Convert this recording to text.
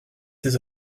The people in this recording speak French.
ces